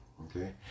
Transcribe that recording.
okay